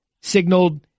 signaled